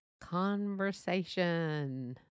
conversation